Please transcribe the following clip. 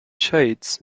shades